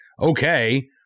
okay